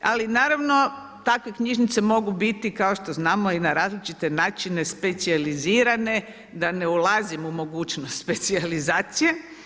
Ali naravno takve knjižnice mogu biti, kao što znamo, i na različite načine specijalizirane, da ne ulazim u mogućnost specijalizacije.